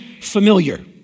familiar